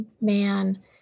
man